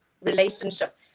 relationship